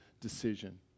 decision